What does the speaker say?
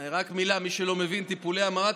רק מילה למי שלא מבין: טיפולי המרה,